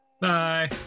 Bye